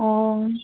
ꯑꯣ